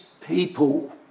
people